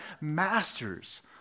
masters